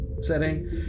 setting